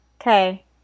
Okay